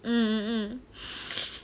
mm mm mm